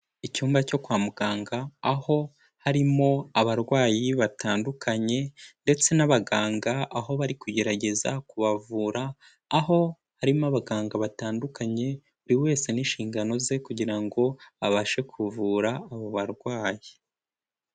Icyumba cyo kwa muganga, aho harimo abarwayi batandukanye ndetse n'abaganga, aho bari kugerageza kubavura, aho harimo abaganga batandukanye, buri wese n'inshingano ze kugira ngo abashe kuvura abo barwayi.